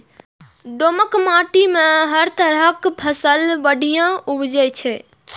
दोमट माटि मे हर तरहक फसल बढ़िया उपजै छै